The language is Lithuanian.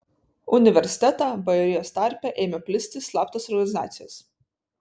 universitetą bajorijos tarpe ėmė plisti slaptos organizacijos